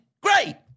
great